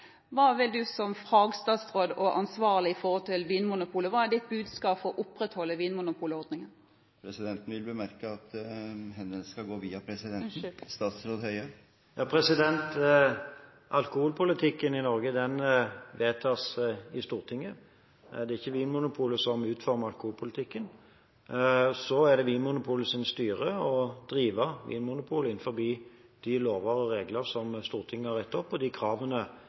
Du som fagstatsråd og ansvarlig for Vinmonopolet: Hva er ditt budskap for å opprettholde vinmonopolordningen? Presidenten vil bemerke at alle henvendelser skal gå via presidenten. Unnskyld! Statsråd Bent Høie, vær så god. Alkoholpolitikken i Norge vedtas i Stortinget – det er ikke Vinmonopolet som utformer alkoholpolitikken. Så ligger det til Vinmonopolets styre å drive Vinmonopolet innenfor de lover og regler som Stortinget har vedtatt, ut fra de kravene